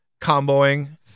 comboing